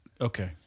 okay